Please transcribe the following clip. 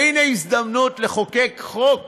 והנה הזדמנות לחוקק חוק